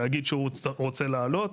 להגיד שהוא רוצה לעלות,